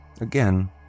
Again